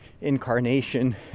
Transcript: incarnation